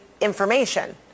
information